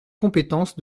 compétences